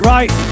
Right